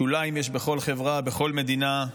שוליים יש בכל חברה, בכל מדינה.